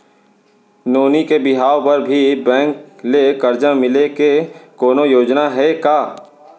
नोनी के बिहाव बर भी बैंक ले करजा मिले के कोनो योजना हे का?